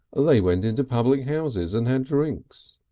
ah they went into public houses and had drinks.